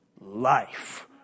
life